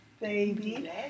baby